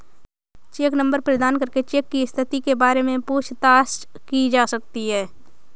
check number प्रदान करके cheque की स्थिति के बारे में पूछताछ की जा सकती है